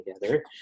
together